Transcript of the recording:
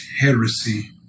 heresy